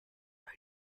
out